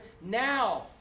Now